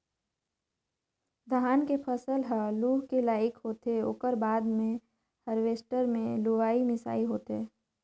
धान के फसल ह लूए के लइक होथे ओकर बाद मे हारवेस्टर मे लुवई मिंसई होथे